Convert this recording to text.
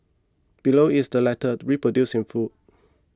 below is the letter reproduced in full